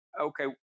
okay